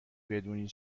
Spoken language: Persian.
بدونی